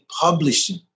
publishing